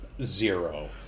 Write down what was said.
zero